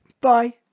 bye